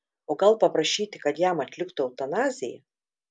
o gal paprašyti kad jam atliktų eutanaziją